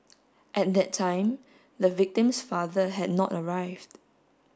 at that time the victim's father had not arrived